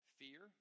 fear